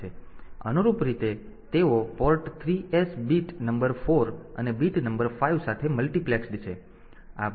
તેથી અનુરૂપ રીતે તેઓ પોર્ટ 3s બીટ નંબર 4 અને બીટ નંબર 5 સાથે મલ્ટિપ્લેક્સ્ડ છે